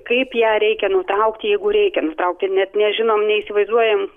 kaip ją reikia nutraukti jeigu reikia nutraukti net nežinom neįsivaizduojam